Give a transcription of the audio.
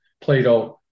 Plato